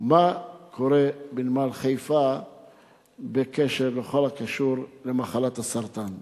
מה קורה בנמל חיפה בכל הקשור למחלת הסרטן.